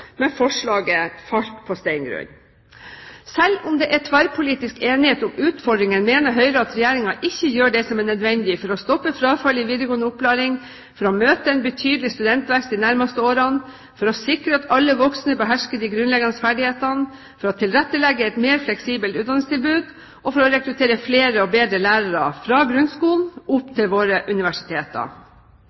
men forslaget falt på stengrunn. Selv om det er tverrpolitisk enighet om utfordringene, mener Høyre at Regjeringen ikke gjør det som er nødvendig for å stoppe frafallet i videregående opplæring for å møte en betydelig studentvekst de nærmeste årene for å sikre at alle voksne behersker de grunnleggende ferdighetene for å tilrettelegge for et mer fleksibelt utdanningstilbud for å rekruttere flere og bedre lærere fra grunnskolen til våre universiteter